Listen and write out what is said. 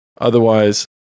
Otherwise